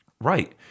Right